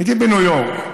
הייתי בניו יורק,